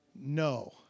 no